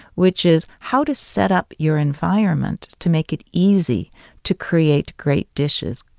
which is how to set up your environment to make it easy to create great dishes,